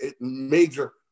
major